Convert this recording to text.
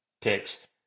picks